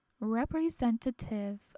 representative